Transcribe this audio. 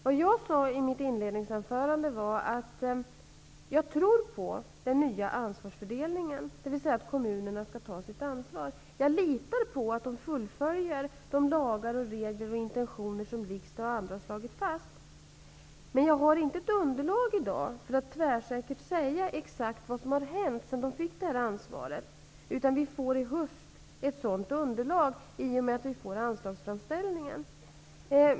Vad jag sade i mitt inledningsanförande var att jag tror på den nya ansvarsfördelningen, dvs. på att kommunerna skall ta sitt ansvar. Jag litar på att man följer de lagar, regler och intentioner som riksdagen och andra har slagit fast. Men jag har inte i dag underlag för att tvärsäkert säga exakt vad som har hänt sedan de fick detta ansvar. Vi får i höst ett sådant underlag genom de anslagsframställningar som görs.